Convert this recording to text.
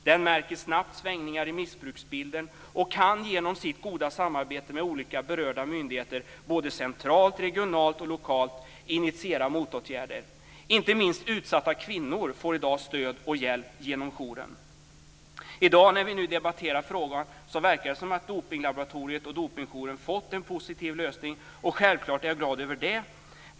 Den märker snabbt svängningar i missbruksbilden och kan genom sitt goda samarbete med olika berörda myndigheter både centralt, regionalt och lokalt initiera motåtgärder. Inte minst utsatta kvinnor får i dag stöd och hjälp genom jouren. I dag när vi debatterar frågan verkar det som om Dopinglaboratoriet och Dopingjouren fått en positiv lösning, och självklart är jag glad över det.